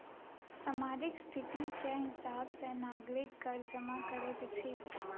सामाजिक स्थिति के हिसाब सॅ नागरिक कर जमा करैत अछि